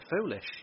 foolish